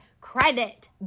credit